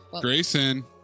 Grayson